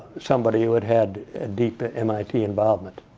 somebody who had had ah deep ah mit involvement.